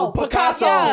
Picasso